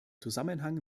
zusammenhang